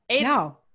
No